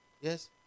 Yes